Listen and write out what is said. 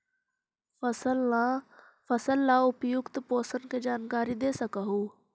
फसल ला उपयुक्त पोषण के जानकारी दे सक हु?